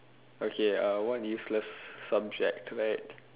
okay what useless subject right